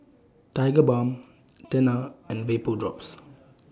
Tigerbalm Tena and Vapodrops